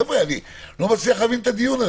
חבר'ה, אני לא מצליח להבין את הדיון.